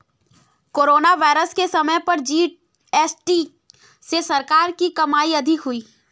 corona virus के समय पर जी.एस.टी से सरकार की कमाई अधिक हुई